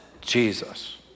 Jesus